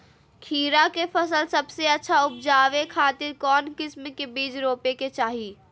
खीरा के फसल सबसे अच्छा उबजावे खातिर कौन किस्म के बीज रोपे के चाही?